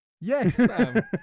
Yes